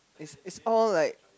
it's it's all like